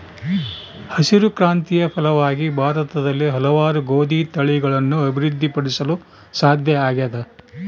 ಹಸಿರು ಕ್ರಾಂತಿಯ ಫಲವಾಗಿ ಭಾರತದಲ್ಲಿ ಹಲವಾರು ಗೋದಿ ತಳಿಗಳನ್ನು ಅಭಿವೃದ್ಧಿ ಪಡಿಸಲು ಸಾಧ್ಯ ಆಗ್ಯದ